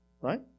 right